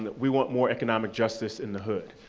we want more economic justice in the hood,